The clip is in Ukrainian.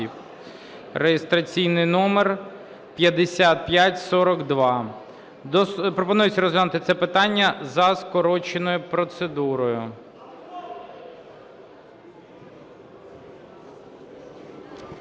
(реєстраційний номер 5542). Пропонується розглянути це питання за скороченою процедурою.